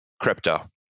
crypto